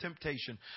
temptation